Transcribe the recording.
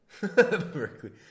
Berkeley